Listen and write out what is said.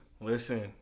Listen